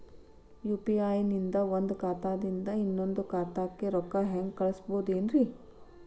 UPI ನಿಂದ ಒಂದ್ ಖಾತಾದಿಂದ ಇನ್ನೊಂದು ಖಾತಾಕ್ಕ ರೊಕ್ಕ ಹೆಂಗ್ ಕಳಸ್ಬೋದೇನ್ರಿ?